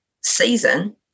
season